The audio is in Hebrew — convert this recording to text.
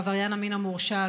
עבריין המין המורשע,